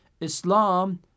Islam